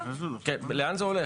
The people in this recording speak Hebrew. ככה: